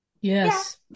yes